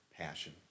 passion